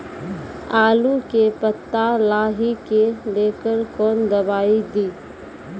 आलू के पत्ता लाही के लेकर कौन दवाई दी?